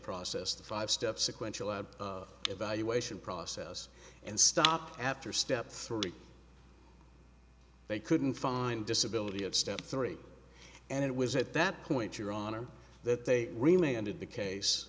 process to five step sequential evaluation process and stop after step three they couldn't find disability of step three and it was at that point your honor that they remained in the case